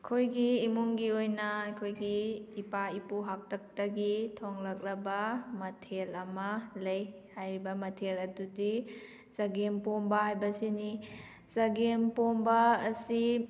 ꯑꯩꯈꯣꯏꯒꯤ ꯏꯃꯨꯡꯒꯤ ꯑꯣꯏꯅ ꯑꯩꯈꯣꯏꯒꯤ ꯏꯄꯥ ꯏꯄꯨ ꯍꯥꯛꯇꯛꯇꯒꯤ ꯊꯣꯡꯂꯛꯂꯕ ꯃꯊꯦꯜ ꯑꯃ ꯂꯩ ꯍꯥꯏꯔꯤꯕ ꯃꯊꯦꯜ ꯑꯗꯨꯗꯤ ꯆꯒꯦꯝꯄꯣꯝꯕ ꯍꯥꯏꯕꯁꯤꯅꯤ ꯆꯒꯦꯝꯄꯣꯝꯕ ꯑꯁꯤ